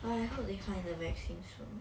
but I hope they find the vaccine soon